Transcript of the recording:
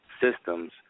systems